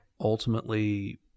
ultimately